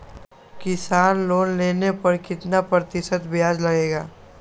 किसान लोन लेने पर कितना प्रतिशत ब्याज लगेगा?